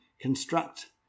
construct